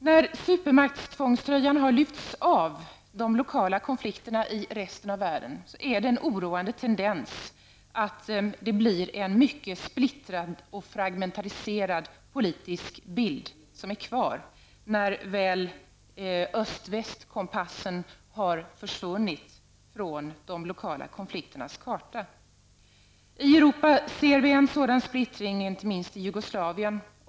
När supermaktstvångströjan har lyfts av de lokala konflikterna i resten av världen finns en oroande tendens till att den politiska situation som uppstår när väl öst--väst-kompassen har försvunnit från de lokala konflikternas karta blir mycket splittrad och fragmentariserad. I Europa ser vi en sådan splittring inte minst i Jugoslavien.